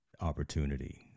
opportunity